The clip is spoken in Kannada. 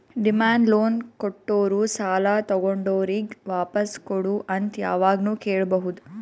ಡಿಮ್ಯಾಂಡ್ ಲೋನ್ ಕೊಟ್ಟೋರು ಸಾಲ ತಗೊಂಡೋರಿಗ್ ವಾಪಾಸ್ ಕೊಡು ಅಂತ್ ಯಾವಾಗ್ನು ಕೇಳ್ಬಹುದ್